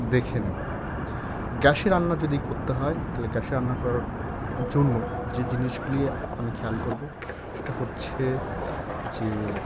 দেখে নেব গ্যাসে রান্না যদি করতে হয় তাহলে গ্যাসে রান্না করার জন্য যে জিনিসগুলি আমি খেয়াল করব সেটা হচ্ছে যে